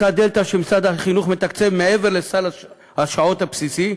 אותה דלתא שמשרד החינוך מתקצב מעבר לסל השעות הבסיסי,